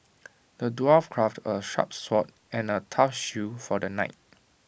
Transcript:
the dwarf crafted A sharp sword and A tough shield for the knight